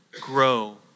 grow